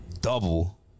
Double